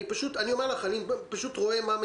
אני רוצה לוודא אם זה נכון מה ששמעתי.